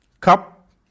Cup